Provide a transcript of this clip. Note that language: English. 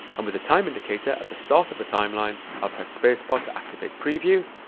and with the time indicator at the start of the timeline, i'll press space bar to activate preview.